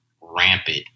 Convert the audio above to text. rampant